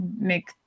make